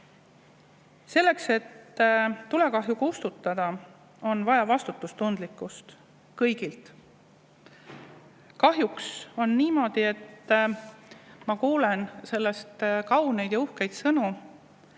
Selleks, et tulekahju kustutada, on vaja kõigilt vastutustundlikkust. Kahjuks on niimoodi, et ma kuulen sellest kauneid ja uhkeid sõnu